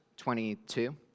22